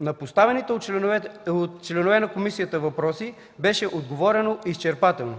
На поставените от членове на комисията въпроси беше отговорено изчерпателно.